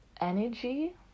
energy